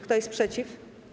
Kto jest przeciw?